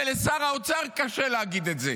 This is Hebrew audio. ולשר האוצר קשה להגיד את זה.